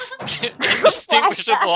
indistinguishable